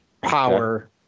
Power